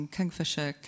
Kingfisher